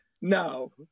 No